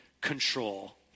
control